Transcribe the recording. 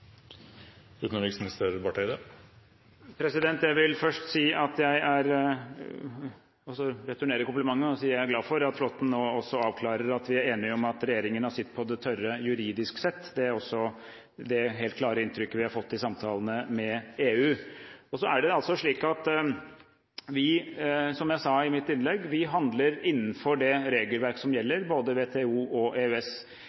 skal skje. Det kan være klokt å gi søsken beskjed i god tid om dårlige nyheter. Jeg vil først returnere komplimenten og si at jeg er glad for at Flåtten nå også avklarer at vi er enige om at regjeringen har sitt på det tørre juridisk sett. Det er også det helt klare inntrykket vi har fått i samtalene med EU. Det er altså slik at vi, som jeg sa i mitt innlegg, handler innenfor det regelverk som